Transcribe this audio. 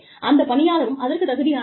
அந்த பணியாளரும் அதற்குத் தகுதியானவர் தான்